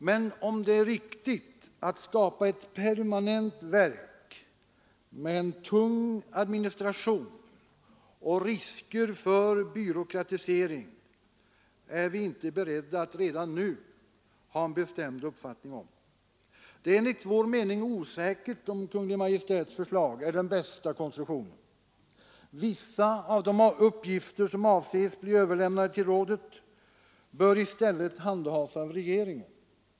Men huruvida det är riktigt att skapa ett permanent verk med en tung administration och risker för byråkratisering är vi inte beredda att redan nu ha en bestämd uppfattning om. Det är enligt vår mening osäkert om Kungl. Maj:ts förslag är den bästa konstruktionen. Vissa av de uppgifter som avses bli överlämnade till rådet bör i stället handhas av regeringen.